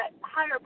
higher